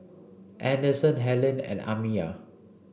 Anderson Helaine and Amiyah